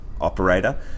operator